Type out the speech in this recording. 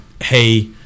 hey